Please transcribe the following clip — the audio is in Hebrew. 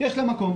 יש לה מקום.